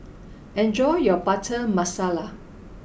enjoy your Butter Masala